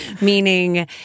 meaning